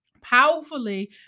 Powerfully